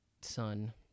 son